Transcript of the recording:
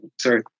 Sorry